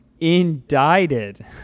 indicted